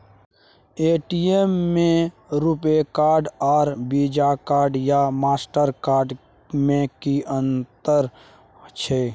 ATM में RuPay card आर Visa card या मास्टर कार्ड में कि अतंर छै?